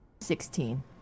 Sixteen